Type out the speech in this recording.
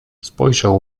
spojrzał